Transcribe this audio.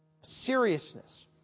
Seriousness